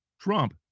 Trump